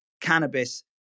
cannabis